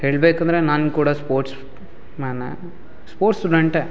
ಹೇಳಬೇಕಂದ್ರೆ ನಾನು ಕೂಡ ಸ್ಪೋರ್ಟ್ಸ್ಮ್ಯಾನೇ ಸ್ಪೋರ್ಟ್ಸ್ ಸ್ಟೂಡೆಂಟೇ